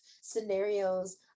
scenarios